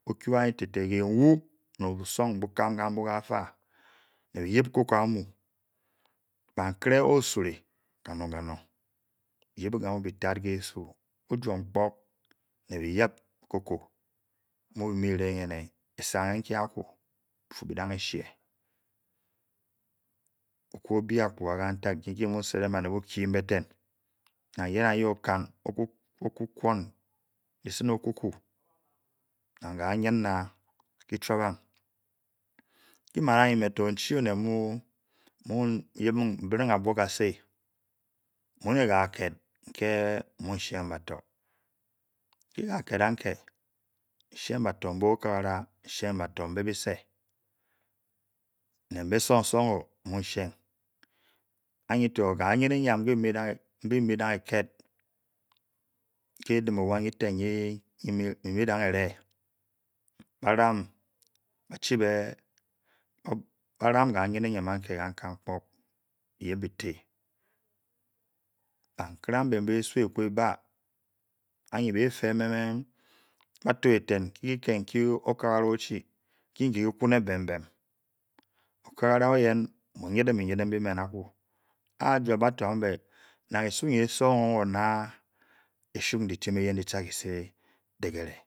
Oku anyi tété ke nwu me buson bu kam kamu kafa. ne biyep cocoa amu. bakire osure kanong-kanong o be yip kabru bi tat ke su o-fuom hpole ne bi yip cocoa mu bi mu bi reng-ené bife bi dang eda shee. cocoa oku obi akpuga kainteg nki-ki mu sederig baned bukyi mbéten nju nanye-nanye okan oku kwann di sin cocoa nang kanyu na-ki chupang kiman anyi me to tchi oked mu mbring abuo kasi mu he ka ked nke mu sheng bato. ke káked nke mmu sheng baito mbe oka gara. nsheng bato mbe bise ne mbe sun-sung-o mmu sheng anyi to kanyri enyam ke bi mu be nang elced ke edimigha nyiten nyi bimu bi nang ere ba ram ka nyin enyam anke kantean kpok bi-yip bife. bakire ambe mbé esu eku eba anyi befe bafo eten ke kiked nki oka gara o-shi nki kii kunê bem bem okagara oyea mo. nyden binyden mu-men ghu ajuob ba to ambe nang esri nye-sung ng esun bityen eyen ditaha kisu deteere